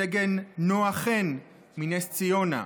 סגן נעה חן מנס ציונה,